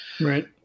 right